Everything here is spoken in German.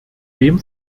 dem